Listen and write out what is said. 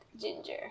ginger